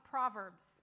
Proverbs